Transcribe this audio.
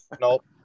Nope